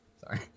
Sorry